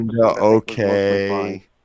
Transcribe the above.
Okay